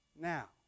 now